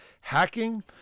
hacking